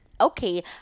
Okay